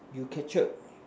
you captured